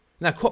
now